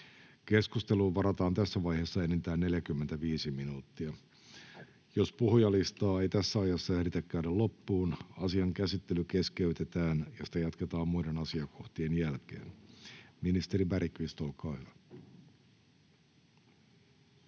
Keskusteluun varataan tässä vaiheessa enintään 30 minuuttia. Jos puhujalistaa ei tässä ajassa ehditä käydä loppuun, asian käsittely keskeytetään ja sitä jatketaan muiden asiakohtien jälkeen. — Ministeri Juuso, olkaa hyvä.